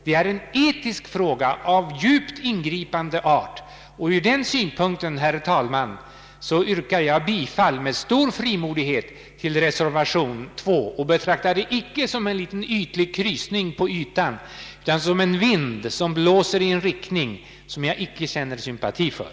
Det gäller här en fråga av djupt ingripande art. Med denna utgångspunkt, herr talman, yrkar jag med stor frimodighet bifall till reservation 2, och jag betraktar inte problemet såsom en krusning på ytan utan såsom en vind som blåser i en riktning som jag inte känner sympati för.